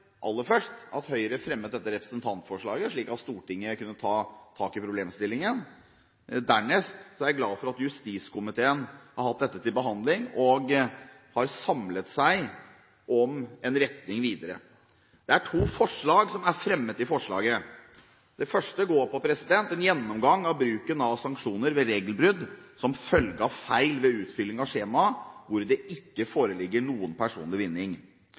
aller først – at Høyre fremmet dette representantforslaget, slik at Stortinget kunne ta tak i problemstillingen. Dernest er jeg glad for at justiskomiteen har hatt dette til behandling og samlet seg om en retning videre. Det er to forslag som er fremmet i representantforslaget. Det første går på en gjennomgang av bruken av sanksjoner ved regelbrudd som følge av feil ved utfylling av skjema, hvor det ikke foreligger noen personlig vinning.